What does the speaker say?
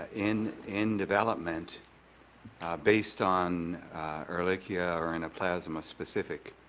in in development based on ehrlichia or anaplasma specific